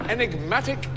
Enigmatic